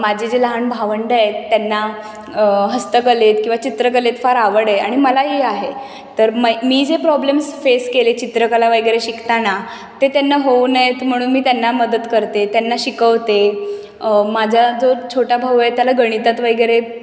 माझे जे लहान भावंडं आहेत त्यांना हस्तकलेत किंवा चित्रकलेत फार आवड आहे आणि मलाही आहे तर मै मी जे प्रॉब्लेम्स फेस केले चित्रकला वगैरे शिकताना ते त्यांना होऊ नयेत म्हणून मी त्यांना मदत करते त्यांना शिकवते माझा जो छोटा भाऊ आहे त्याला गणितात वगैरे